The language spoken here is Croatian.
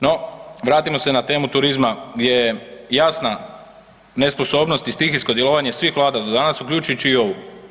No, vratimo se na temu turizma gdje je jasna nesposobnost i stihijsko djelovanje svih vlada do danas, uključujući i ovu.